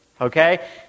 Okay